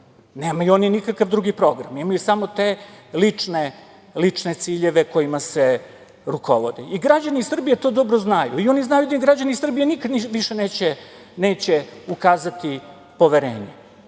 Nemaju oni nikakav drugi program, imaju samo te lične ciljeve kojima se rukovode. Građani Srbije to dobro znaju i oni znaju da im građani Srbije nikad više neće ukazati poverenje. Zato